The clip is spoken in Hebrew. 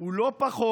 הוא לא פחות